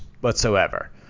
whatsoever